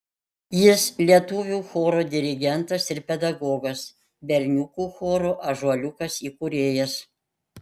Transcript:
jis lietuvių choro dirigentas ir pedagogas berniukų choro ąžuoliukas įkūrėjas